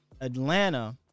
Atlanta